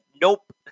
nope